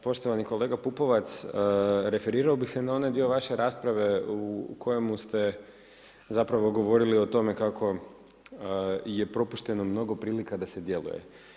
Poštovani kolega Pupovac, referirao bih se na onaj dio vaše rasprave u kojem ste zapravo govorili o tome kako je propušteno mnogo prilika da se djeluje.